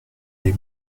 les